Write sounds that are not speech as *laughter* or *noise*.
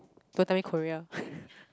don't tell me Korea *laughs*